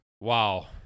wow